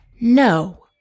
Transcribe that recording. no